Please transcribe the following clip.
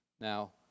Now